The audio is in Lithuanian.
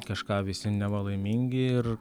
kažką visi neva laimingi ir